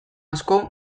asko